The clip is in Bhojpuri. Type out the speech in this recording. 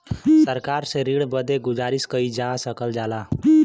सरकार से ऋण बदे गुजारिस कइल जा सकल जाला